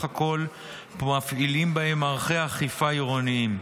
הכול מפעילים בהן מערכי אכיפה עירוניים.